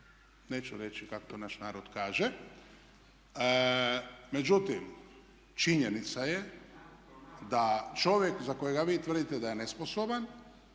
neću reći kako to naš narod kaže. Međutim, činjenica je da čovjek za kojega vi tvrdite da je nesposoban